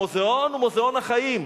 המוזיאון הוא מוזיאון החיים,